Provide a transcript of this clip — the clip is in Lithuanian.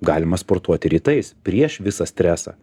galima sportuoti rytais prieš visą stresą